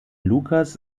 lukas